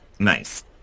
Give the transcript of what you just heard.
Nice